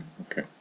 Okay